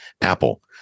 Apple